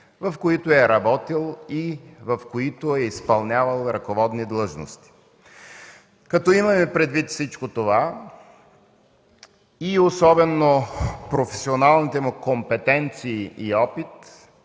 в които е работил и в които е изпълнявал ръководни длъжности. Като имаме предвид всичко това и особено професионалните му компетенции и опит,